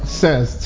says